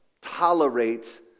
tolerate